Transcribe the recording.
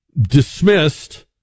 dismissed